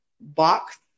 box